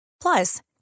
Plus